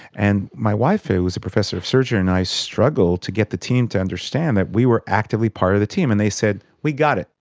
and my wife, who was a professor of surgery, and i struggled to get the team to understand that we were actively part of the team, and they said we got it,